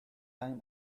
time